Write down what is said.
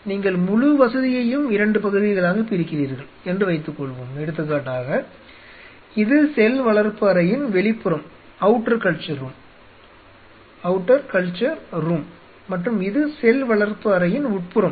நீங்கள் முழு வசதியையும் 2 பகுதிகளாகப் பிரிக்கிறீர்கள் என்று வைத்துக்கொள்வோம் எடுத்துக்காட்டாக இது செல் வளர்ப்பு அறையின் வெளிப்புறம் மற்றும் இது செல் வளர்ப்பு அறையின் உட்புறம்